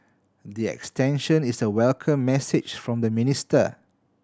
the extension is a welcome message from the minister